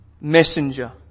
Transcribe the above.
messenger